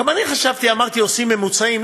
גם אני חשבתי, אמרתי: עושים ממוצעים.